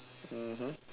mmhmm